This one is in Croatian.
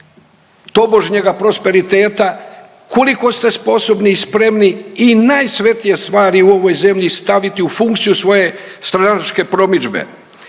tobožnjega prosperiteta, koliko ste sposobni i spremni i najsvetije stvari u ovoj zemlji staviti u funkciju svoje stranačke promidžbe.